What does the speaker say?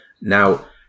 Now